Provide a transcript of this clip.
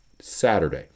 Saturday